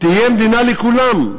תהיה מדינה לכולם.